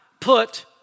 put